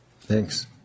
Thanks